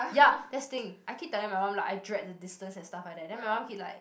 ya that's thing I keep telling my mum like I dread the distance and stuff like that then my mum keep like